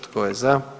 Tko je za?